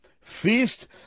feast